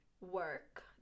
work